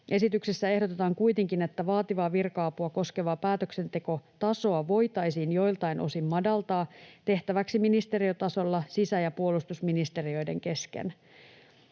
Esityksessä ehdotetaan kuitenkin, että vaativaa virka-apua koskevaa päätöksentekotasoa voitaisiin joiltain osin madaltaa tehtäväksi ministeriötasolla sisä- ja puolustusministeriöiden kesken.